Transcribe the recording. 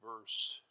verse